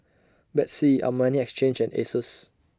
Betsy Armani Exchange and Asus